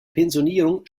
pensionierung